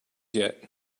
yet